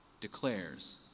declares